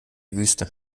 wüste